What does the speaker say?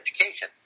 education